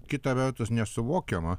kita vertus nesuvokiama